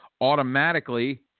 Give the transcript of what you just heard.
automatically